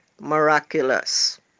miraculous